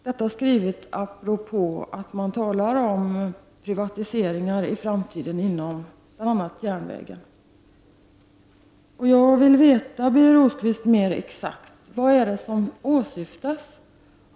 Det är skrivet apropå att man talar om privatiseringar i Sverige inom framför allt järnvägen. Jag vill veta, Birger Rosqvist, mer exakt vad det är som åsyftas.